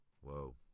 Whoa